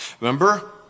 remember